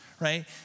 right